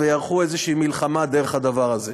ויערכו איזושהי מלחמה באמצעות הדבר הזה.